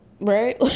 right